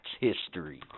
history